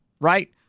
right